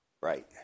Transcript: Right